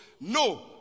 No